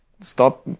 stop